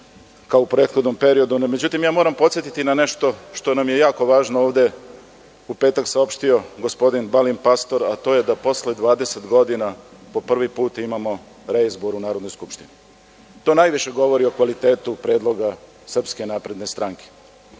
kao u prethodnom periodu.Međutim, moram podsetiti na nešto što nam je jako važno ovde u petak saopštio gospodin Balint Pastor, a to je da posle 20 godina po prvi put imamo reizbor u Narodnoj skupštini. To najviše govori o kvalitetu predloga SNS. Mi ćemo imati